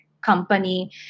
company